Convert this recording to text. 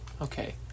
Okay